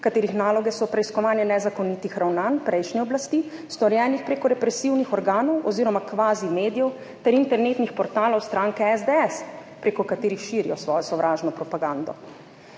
katerih naloge so preiskovanje nezakonitih ravnanj prejšnje oblasti, storjenih prek represivnih organov oziroma kvazimedijev ter internetnih portalov stranke SDS, prek katerih širijo svojo sovražno propagando.